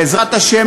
בעזרת השם,